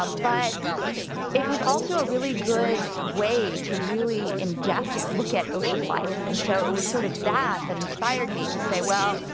ah but it was also a really good way to really in depth, look at ocean life. and so it was sort of that that inspired me to say, well,